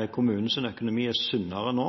økonomi er sunnere nå